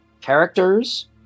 characters